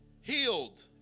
healed